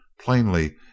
Plainly